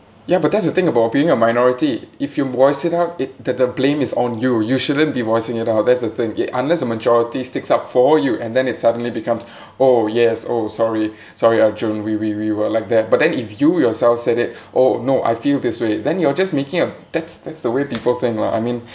ya but that's the thing about being a minority if you voice it out it that the blame is on you you shouldn't be voicing it out that's the thing it unless a majority sticks up for you and then it suddenly becomes oh yes oh sorry sorry arjun we we we were like that but then if you yourself said it oh no I feel this way then you're just making a that that's the way people think lah I mean